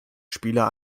spieler